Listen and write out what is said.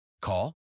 Call